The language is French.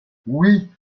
oui